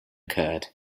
curd